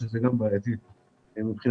שזה גם בעייתי מבחינתנו.